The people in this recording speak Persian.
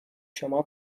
شما